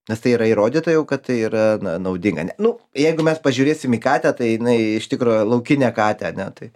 nes tai yra įrodyta jau kad tai yra na naudinga ne nu jeigu mes pažiūrėsim į katę tai jinai iš tikro laukinę katę ane tai